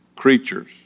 Creatures